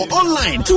online